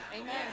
Amen